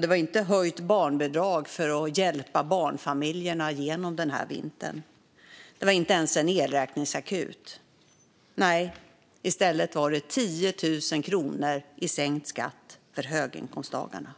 Det var inte höjt barnbidrag för att hjälpa barnfamiljerna genom den här vintern. Det var inte ens en elräkningsakut. Nej, i stället var det 10 000 kronor i sänkt skatt för höginkomsttagarna.